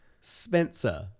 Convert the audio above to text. Spencer